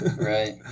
Right